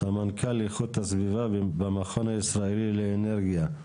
סמנכ"ל איכות הסביבה במכון הישראלי לאנרגיה.